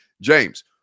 James